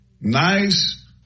nice